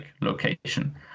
location